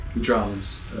drums